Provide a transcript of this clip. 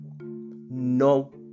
no